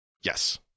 Yes